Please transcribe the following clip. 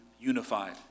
unified